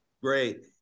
Great